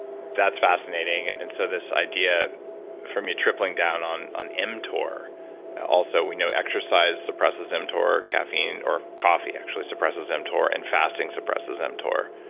that's fascinating and and so this idea for me tripling down on on mtor also, we know exercise suppresses mtor, caffeine or coffee actually suppresses mtor and fasting suppresses mtor.